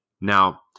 Now